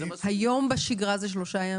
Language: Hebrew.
היום בשגרה זה שלושה ימים?